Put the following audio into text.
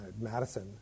Madison